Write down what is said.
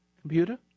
computer